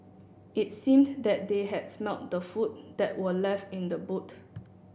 it seemed that they had smelt the food that were left in the boot